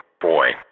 boy